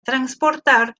transportar